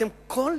אתם כמעט כל